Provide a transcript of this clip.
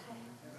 רגע,